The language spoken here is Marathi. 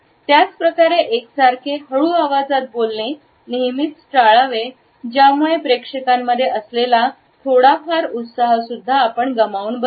त्याच प्रकारे एक सारखे हळू आवाजात बोलणे नेहमीच टाळावे ज्यामुळे प्रेक्षकांमध्ये असलेला थोडा फार उत्साह सुद्धा आपण गमावून बसतो